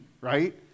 right